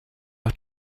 got